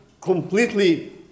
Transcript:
completely